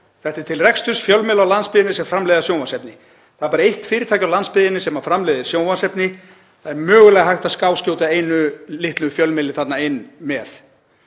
Þetta er til reksturs fjölmiðla á landsbyggðinni sem framleiða sjónvarpsefni. Það er bara eitt fyrirtæki á landsbyggðinni sem framleiðir sjónvarpsefni. Það er mögulega hægt að skáskjóta einum litlum fjölmiðli þarna inn.